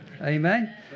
Amen